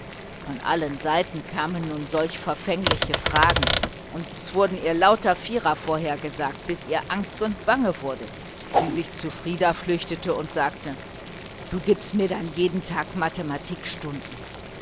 von allen seiten kamen nun solch verfängliche fragen und es wurden ihr lauter vierer prophezeit bis ihr angst und bang wurde sie sich zu frieder flüchtete und sagte du gibst mir dann jeden tag